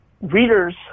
readers